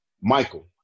Michael